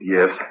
Yes